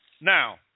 Now